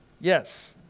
Yes